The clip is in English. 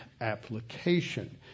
application